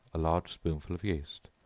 a large spoonful of yeast,